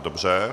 Dobře.